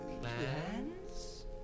plans